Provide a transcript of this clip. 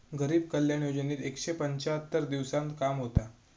गरीब कल्याण योजनेत एकशे पंच्याहत्तर दिवसांत काम होता